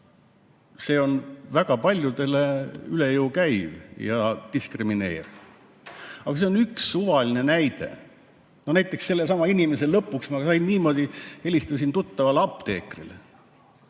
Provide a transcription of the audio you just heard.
see on väga paljudele üle jõu käiv ja diskrimineeriv. Aga see on üks suvaline näide. Näiteks, sellesama inimese lõpuks ma sain niimoodi [testimisele, et] helistasin tuttavale apteekrile.